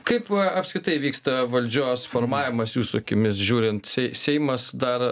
kaip apskritai vyksta valdžios formavimas jūsų akimis žiūrint sei seimas dar